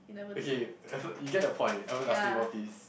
okay Efert you get the point ever lasting about this